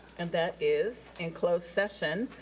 and that is in closed session,